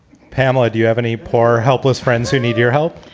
pamela, do you have any poor, helpless friends who need your help?